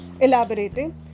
elaborating